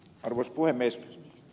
arvoisa puhemies